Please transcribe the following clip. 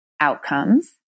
outcomes